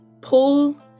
pull